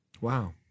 Wow